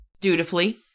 Dutifully